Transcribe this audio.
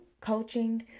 coaching